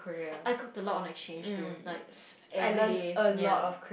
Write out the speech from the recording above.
I cooked a lot on exchange too like everyday ya